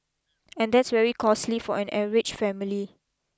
and that's very costly for an average family